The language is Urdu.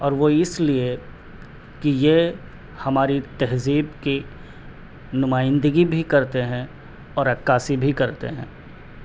اور وہ اس لیے کہ یہ ہماری تہذیب کی نمائندگی بھی کرتے ہیں اور عکاسی بھی کرتے ہیں